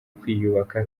kwiyubaka